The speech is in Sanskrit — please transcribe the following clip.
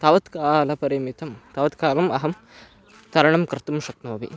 तावत् कालपरिमितं तावत्कालम् अहं तरणं कर्तुं शक्नोमि